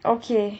okay